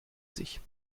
sich